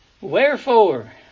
Wherefore